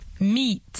Meat